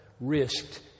risked